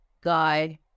guy